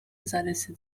zarysy